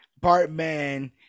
Bartman